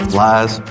lies